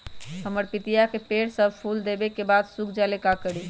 हमरा पतिता के पेड़ सब फुल देबे के बाद सुख जाले का करी?